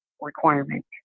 requirement